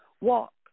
walk